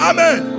Amen